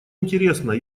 интересно